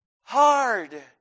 hard